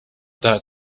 that